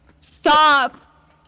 Stop